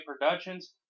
Productions